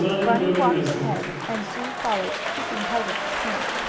bunny walked ahead, and sue followed, keeping hold of his hand.